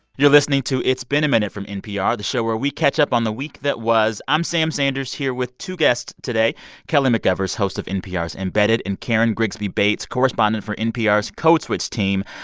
you're listening to it's been a minute from npr, the show where we catch up on the week that was. i'm sam sanders here with two guests today kelly mcevers, host of npr's embedded, and karen grigsby bates, correspondent for npr's code switch team.